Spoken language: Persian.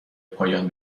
پایان